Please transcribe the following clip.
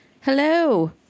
Hello